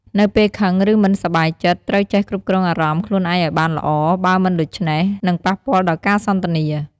នៅពេលខឹងឬមិនសប្បាយចិត្តត្រូវចេះគ្រប់គ្រងអារម្មណ៍ខ្លួនឯងឲ្យបានល្អ បើមិនដូច្នេះនឹងប៉ះពាល់ដល់ការសន្ទនា។